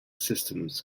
systems